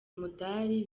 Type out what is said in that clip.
umudali